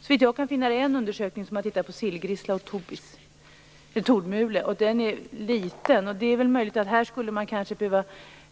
Såvitt jag har funnit finns det en, där man har tittat på sillgrissla och tordmule. Den undersökningen är liten. Det är möjligt att man skulle behöva